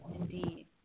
Indeed